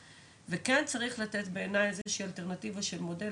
וכן צריך לתת בעיני איזו שהיא אלטרנטיבה של מודל,